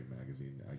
magazine